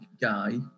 guy